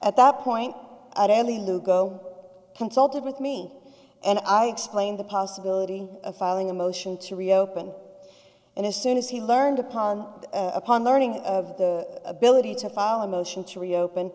at that point only lugo consulted with me and i explained the possibility of filing a motion to reopen and as soon as he learned upon upon learning of the ability to file a motion to reopen